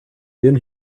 then